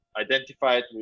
identified